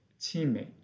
teammate